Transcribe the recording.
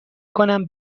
کنم